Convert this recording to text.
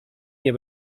nie